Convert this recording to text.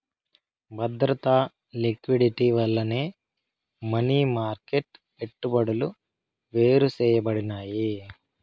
బద్రత, లిక్విడిటీ వల్లనే money market పెట్టుబడులు వేరుసేయబడినాయి